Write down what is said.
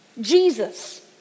Jesus